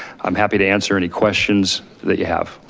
i'm happy to answer any questions that you have.